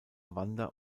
wander